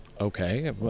okay